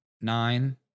Nine